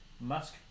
musk